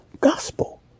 gospel